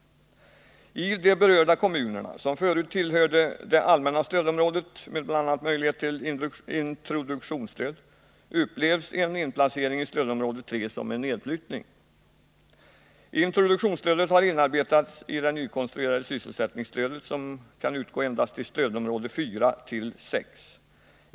I de berörda kommunerna, som förut tillhörde det allmänna stödområdet med bl.a. möjlighet till introduktionsstöd, upplevs en inplacering i stödområde 3 som en nedflyttning. Introduktionsstödet har inarbetats i det nykonstruerade sysselsättningsstödet, som kan utgå endast i stödområdena 4-6.